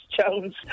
Jones